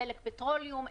דלק פטרוליום,